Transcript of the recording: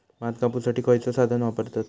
भात कापुसाठी खैयचो साधन वापरतत?